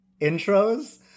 intros